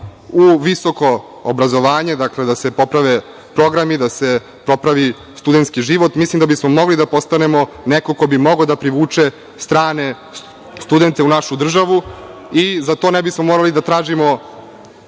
u visoko obrazovanje, dakle, da se poprave programi, da se popravi studenski život, mislim da bismo mogli da postanemo neko ko bi mogao da privuče strane studente u našu državu i za to ne bismo morali da tražimo